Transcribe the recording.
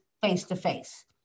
face-to-face